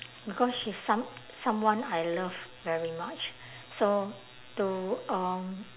because she's some~ someone I love very much so to um